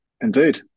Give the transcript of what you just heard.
Indeed